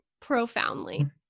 profoundly